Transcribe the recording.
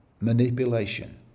manipulation